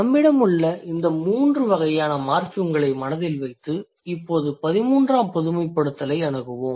நம்மிடமுள்ள இந்த 3 வகையான மார்ஃபிம்களை மனதில் வைத்து இப்போது 13ஆம் பொதுமைப்படுத்தலை அணுகுவோம்